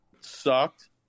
sucked